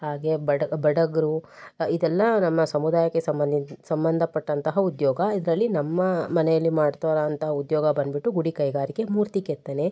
ಹಾಗೆ ಬಡಗರು ಇದೆಲ್ಲ ನಮ್ಮ ಸಮುದಾಯಕ್ಕೆ ಸಂಬಂದಿನ ಸಂಬಂಧಪಟ್ಟಂತಹ ಉದ್ಯೋಗ ಇದರಲ್ಲಿ ನಮ್ಮ ಮನೆಯಲ್ಲಿ ಮಾಡ್ತಯಿರುವಂತ ಉದ್ಯೋಗ ಬಂದುಬಿಟ್ಟು ಗುಡಿ ಕೈಗಾರಿಕೆ ಮೂರ್ತಿ ಕೆತ್ತನೆ